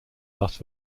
las